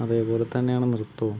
അതേപോലെതന്നെയാണ് നൃത്തവും